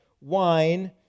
wine